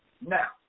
Now